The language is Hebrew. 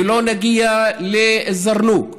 ולא נגיע לזרנוג,